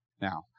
now